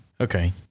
Okay